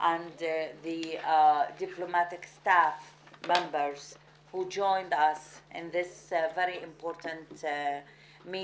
ואת הצוות הדיפלומטי שהצטרפו אלינו לדיון החשוב